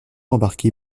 embarqués